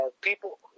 people